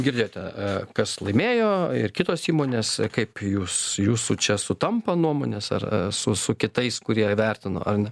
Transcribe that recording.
girdėjote e kas laimėjo ir kitos įmonės kaip jūs jūsų čia sutampa nuomonės ar su su kitais kurie vertino ar ne